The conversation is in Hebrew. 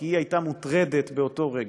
כי היא הייתה מוטרדת באותו רגע.